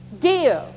Give